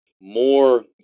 more